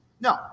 No